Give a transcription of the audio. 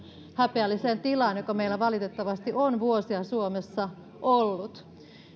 häpeälliseen tilaan joka meillä valitettavasti on vuosia suomessa ollut